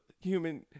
human